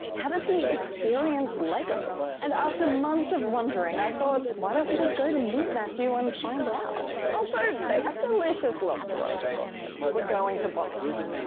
how does he experience lego? and after months of wondering i thought, why don't we just go to meet matthew and find out? also, they have delicious lobster rolls in boston. we're going to boston.